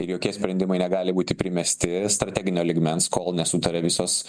ir jokie sprendimai negali būti primesti strateginio lygmens kol nesutaria visos